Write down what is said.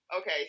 Okay